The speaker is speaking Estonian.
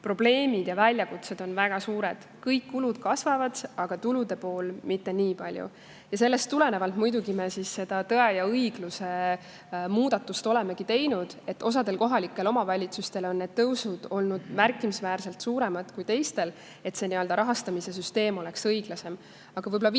probleemid ja väljakutsed on väga suured. Kõik kulud kasvavad, aga tulude pool mitte nii palju. Sellest tulenevalt me selle tõe ja õigluse muudatuse olemegi teinud – osal kohalikel omavalitsustel on need tõusud olnud märkimisväärselt suuremad kui teistel –, et kogu rahastamissüsteem oleks õiglasem. Aga võib-olla viimase